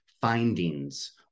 findings